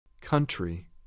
Country